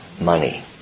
money